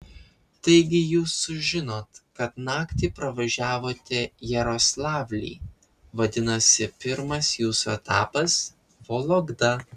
taigi jūs sužinot kad naktį pravažiavote jaroslavlį vadinasi pirmas jūsų etapas vologda